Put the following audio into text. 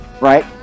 right